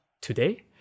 today